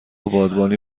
بادبانی